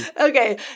Okay